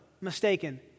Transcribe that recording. mistaken